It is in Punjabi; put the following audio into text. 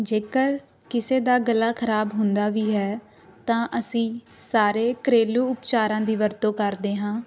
ਜੇਕਰ ਕਿਸੇ ਦਾ ਗਲਾ ਖਰਾਬ ਹੁੰਦਾ ਵੀ ਹੈ ਤਾਂ ਅਸੀਂ ਸਾਰੇ ਘਰੇਲੂ ਉਪਚਾਰਾਂ ਦੀ ਵਰਤੋਂ ਕਰਦੇ ਹਾਂ